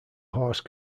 horse